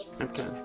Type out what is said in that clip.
Okay